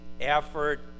effort